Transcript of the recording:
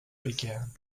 began